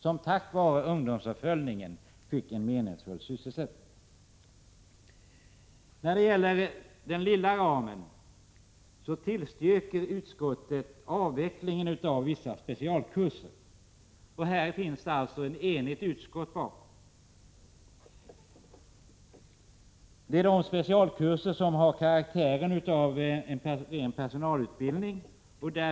Men tack vare ungdomsuppföljningen fick de alltså en meningsfull sysselsättning. När det gäller den lilla ramen tillstyrker ett enigt utskott förslaget om en avveckling av vissa specialkurser. Det gäller då de specialkurser som har karaktären av ren personalutbildning.